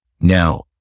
Now